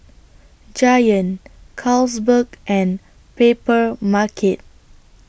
Giant Carlsberg and Papermarket